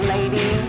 Lady